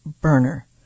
burner